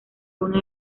uno